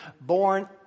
born